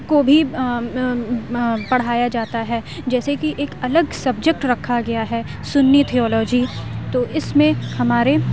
کو بھی پڑھایا جاتا ہے جیسے کہ ایک الگ سبجیکٹ رکھا گیا ہے سنی تھیولوجی تو اس میں ہمارے